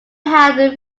had